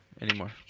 anymore